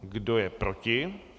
Kdo je proti?